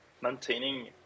maintaining